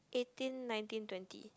eighteen nineteen twenty